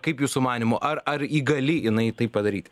kaip jūsų manymu ar ar įgali jinai tai padaryti